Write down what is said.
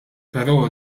però